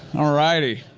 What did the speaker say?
alrighty.